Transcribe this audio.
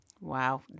Wow